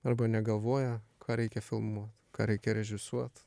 arba negalvoja ką reikia filmuot ką reikia režisuot